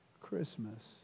Christmas